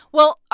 well,